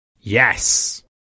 Yes